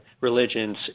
religions